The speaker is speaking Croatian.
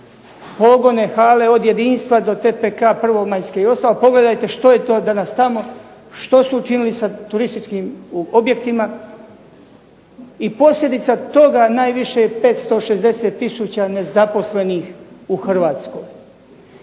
pogone, hale od Jedinstve do TPK, Prvomajske i ostalo. Pogledajte što je to danas tamo, što su učinili sa turističkim objektima i posljedica toga najviše je 560000 nezaposlenih u Hrvatskoj.